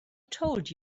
told